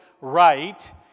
right